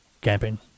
Camping